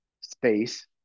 space